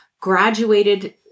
graduated